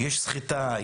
יש סחיטה,